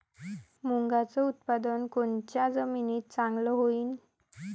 मुंगाचं उत्पादन कोनच्या जमीनीत चांगलं होईन?